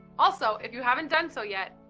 also, if you haven't done so yet,